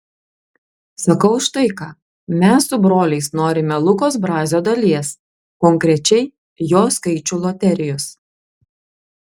sakau štai ką mes su broliais norime lukos brazio dalies konkrečiai jo skaičių loterijos